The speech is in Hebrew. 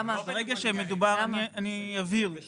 עד